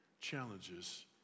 challenges